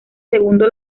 segundo